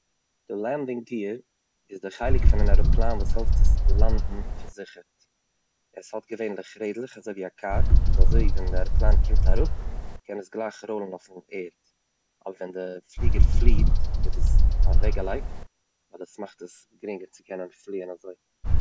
די לענדינג גיער איז דער חלק פון עראפלאן וואס העלפט דאס לאנדן פארזיכערט, עס האט געווענליך רעדלעך אזוי ווי א קאר וואס אזוי ווי די ערעפלאן קומט אראפ קען עס גלייך ראלן אויף די ערד, אבער ווען די פליגער פליט איז עס אוועקגעלייגט ווייל דאס מאכט עס גרינגער צו קענען פליען אזוי.